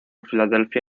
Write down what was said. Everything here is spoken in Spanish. philadelphia